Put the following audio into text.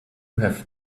have